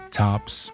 tops